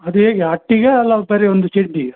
ಅದು ಹೇಗೆ ಅಟ್ಟಿಗಾ ಅಲ್ಲ ಬರಿ ಒಂದು ಚೆಂಡಿಗಾ